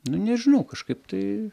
nu nežinau kažkaip tai